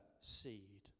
seed